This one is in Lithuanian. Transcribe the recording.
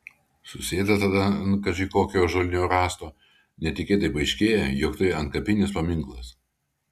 susėda tada ant kaži kokio ąžuolinio rąsto netikėtai paaiškėja jog tai antkapinis paminklas